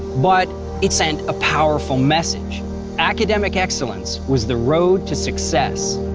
but it sent a powerful message academic excellence was the road to success.